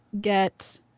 get